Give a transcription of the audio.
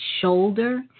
shoulder